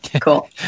Cool